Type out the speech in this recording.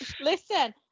Listen